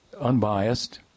unbiased